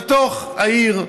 בתוך העיר,